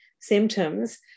symptoms